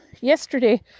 yesterday